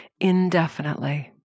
indefinitely